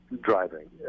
driving